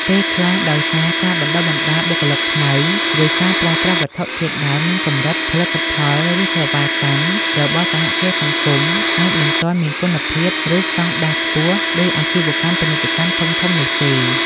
ពេលខ្លះដោយសារការបណ្តុះបណ្តាលបុគ្គលិកថ្មី ឬការប្រើប្រាស់វត្ថុធាតុដើមមានកម្រិត ផលិតផល ឬសេវាកម្មរបស់សហគ្រាសសង្គមអាចមិនទាន់មានគុណភាព ឬស្តង់ដារខ្ពស់ដូចអាជីវកម្មពាណិជ្ជកម្មធំៗនោះទេ។